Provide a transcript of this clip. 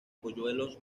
polluelos